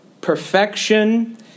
perfection